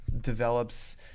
develops